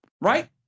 right